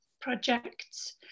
projects